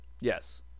Yes